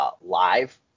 live